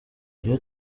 iyo